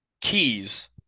keys